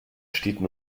städten